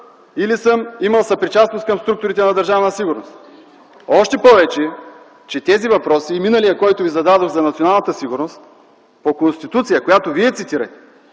или съм имал съпричастност към структурите на Държавна сигурност. Още повече, че тези въпроси и миналия, който Ви зададох – за националната сигурност, по Конституцията, която Вие цитирахте